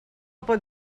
pot